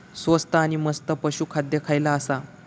स्वस्त आणि मस्त पशू खाद्य खयला आसा?